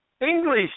English